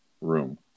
room